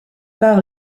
par